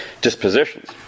dispositions